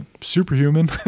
superhuman